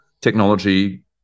technology